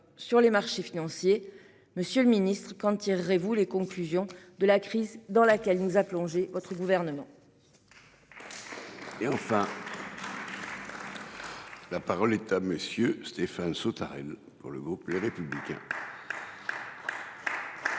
sur les marchés financiers. Monsieur le Ministre quand tirerez-vous les conclusions de la crise dans laquelle nous a plongé. Votre gouvernement.